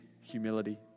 humility